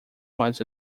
was